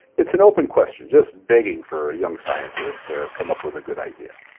it's an open question, just begging for a young scientist to come up with a good idea.